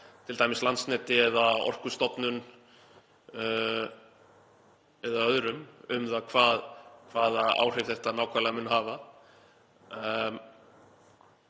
t.d. Landsneti eða Orkustofnun eða öðrum um það hvaða áhrif þetta nákvæmlega muni hafa.